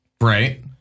Right